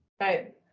Right